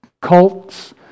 cults